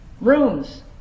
rooms